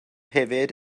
hefyd